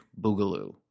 Boogaloo